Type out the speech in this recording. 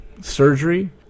surgery